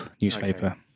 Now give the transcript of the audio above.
newspaper